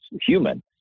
human